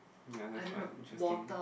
ya that's fine interesting